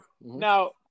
Now